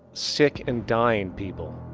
sick and dying people.